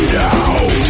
now